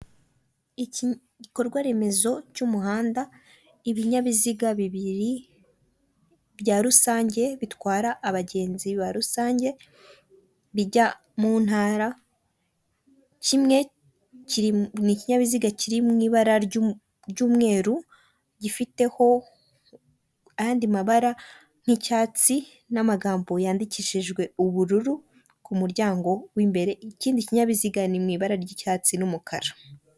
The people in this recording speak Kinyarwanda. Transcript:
Igikorwaremezo cy'umuhanda ibinyabiziga bibiri bya rusange bitwara abagenzi ba rusange bijya muntara kimwe ni ikinyabiziga kiri mu ibara ry'umweru gifiteho ayandi mabara nk'icyatsi n'amagambo yandikishijwe ubururu ku muryango w'imbere ikindi kinyabiziga ni mu ibara ry'icyatsi n'umukara .